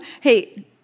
hey